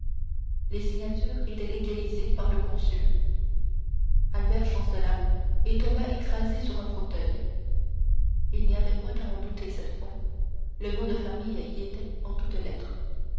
les signatures étaient légalisées par le consul albert chancela et tomba écrasé sur un fauteuil il n'y avait point à en douter cette fois le nom de famille y était en toutes lettres